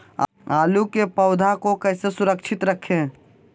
आलू के पौधा को कैसे सुरक्षित रखें?